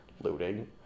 Looting